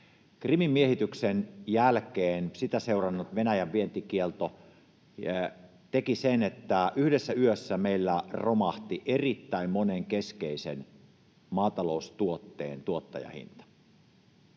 Krimin miehityksen jälkeen sitä seurannut Venäjän-vientikielto teki sen, että yhdessä yössä meillä romahti erittäin monen keskeisen maataloustuotteen tuottajahinta.